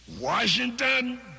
Washington